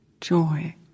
joy